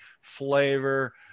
flavor